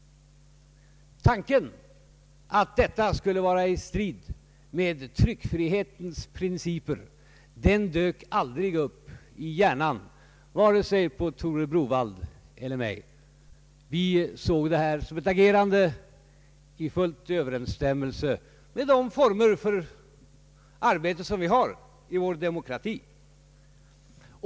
Tanken att detta skulle stå i strid med tryckfrihetens principer dök aldrig upp i hjärnan hos vare sig Tore Browaldh eller mig. Vi såg detta som ett agerande i full överensstämmelse med de former för arbete som vi har i vår demokrati.